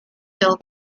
fill